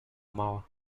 mort